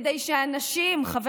כדי שאנשים שיוצאים מהארון,